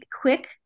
quick